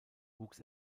wuchs